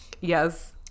yes